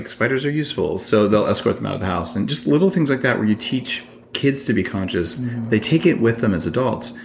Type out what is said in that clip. spiders are useful, so they'll escort them out of the house. and just little things like that where you teach kids to be conscious they take it with them as adults.